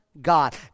God